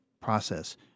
process